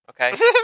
okay